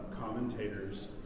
commentators